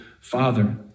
father